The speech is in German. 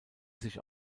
sich